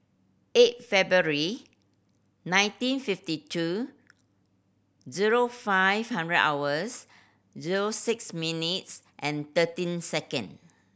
eight February nineteen fifty two zero five hundred hours zero six minutes and thirteen second